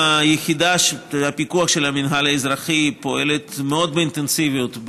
יחידת הפיקוח של המינהל האזרחי פועלת מאוד באינטנסיביות,